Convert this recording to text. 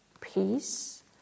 peace